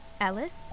Ellis